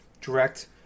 direct